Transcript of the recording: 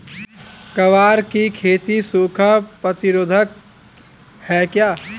ग्वार की खेती सूखा प्रतीरोधक है क्या?